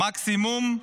מקסימום,